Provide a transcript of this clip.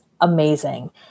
amazing